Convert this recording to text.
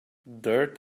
dirt